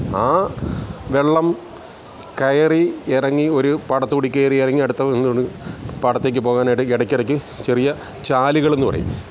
ആ വെള്ളം കയറിയിറങ്ങി ഒരു പാടത്തുകൂടി കയറിയിറങ്ങി അടുത്ത പാടത്തേക്ക് പോകാനായിട്ട് ഇടയ്ക്കിടയ്ക്ക് ചെറിയ ചാലുകളെന്നു പറയും